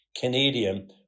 Canadian